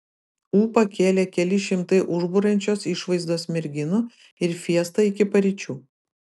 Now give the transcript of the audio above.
ūpą kėlė keli šimtai užburiančios išvaizdos merginų ir fiesta iki paryčių